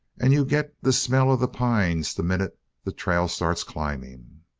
and you get the smell of the pines the minute the trail starts climbing.